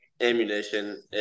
ammunition